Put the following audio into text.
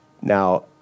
Now